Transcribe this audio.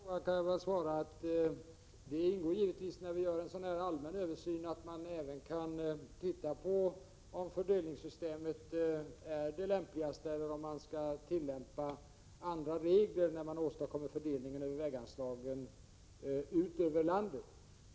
Herr talman! På den sista frågan kan jag svara att vi i samband med arbetet med en sådan här allmän översyn givetvis också tar ställning till om fördelningssystemet är det lämpligaste eller om andra regler skall tillämpas när det gäller fördelningen av väganslagen över landet.